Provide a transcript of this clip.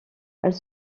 elle